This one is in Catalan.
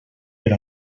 per